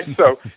so,